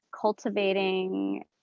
cultivating